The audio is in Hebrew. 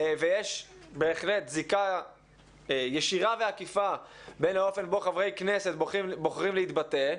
ויש בהחלט זיקה ישירה ועקיפה בין האופן בו חברי כנסת בוחרים להתבטא,